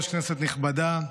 כנסת נכבדה,